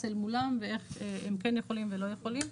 אל מולם ואיך הם כן יכולים ולא יכולים.